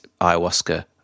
ayahuasca